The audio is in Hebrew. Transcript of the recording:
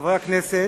חברי הכנסת,